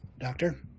Doctor